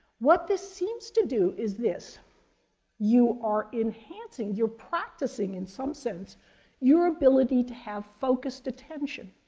what this seems to do is this you are enhancing, you're practicing in some sense your ability to have focused attention,